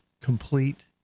complete